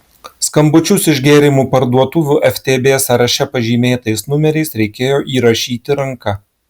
skambučius iš gėrimų parduotuvių ftb sąraše pažymėtais numeriais reikėjo įrašyti ranka